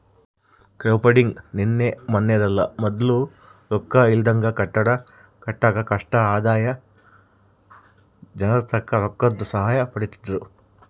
crowdfunding ನಿನ್ನೆ ಮನ್ನೆದಲ್ಲ, ಮೊದ್ಲು ರೊಕ್ಕ ಇಲ್ದಾಗ ಕಟ್ಟಡ ಕಟ್ಟಾಕ ಕಷ್ಟ ಆದಾಗ ಜನರ್ತಾಕ ರೊಕ್ಕುದ್ ಸಹಾಯ ಪಡೀತಿದ್ರು